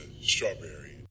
strawberry